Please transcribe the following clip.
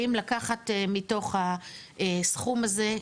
האם לקחת מתוך הסכום הזה,